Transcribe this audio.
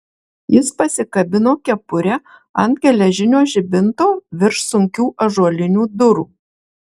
jis pasikabino kepurę ant geležinio žibinto virš sunkių ąžuolinių durų